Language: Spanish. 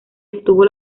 obtuvo